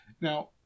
now